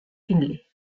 finlay